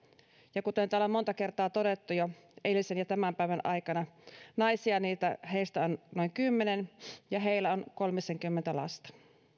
ja kuten täällä on monta kertaa todettu jo eilisen ja tämän päivän aikana naisia heistä on noin kymmenen ja heillä on kolmisenkymmentä lasta